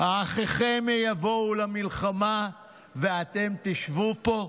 האחיכם יבאו למלחמה ואתם תשבו פה".